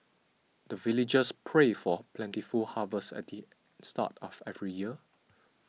the villagers pray for plentiful harvest at the start of every year